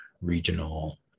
regional